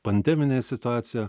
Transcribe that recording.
pandeminė situacija